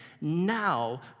now